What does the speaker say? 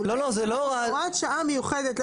אז הוראת שעה מיוחדת,